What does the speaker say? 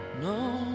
no